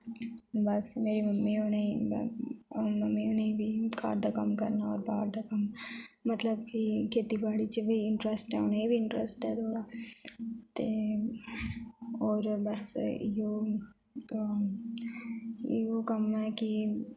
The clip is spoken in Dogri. बस मेरी मम्मी उनेई मम्मी उनेई बी घर दा कम्म करना होंर बाह्र दा कम्म मतलब की खेती बाड़ी च बी इंटरेस्ट ऐ उनेई बी इंटरेस्ट ऐ ते होंर बस इयौ इयौ कम्म ऐ की